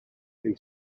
they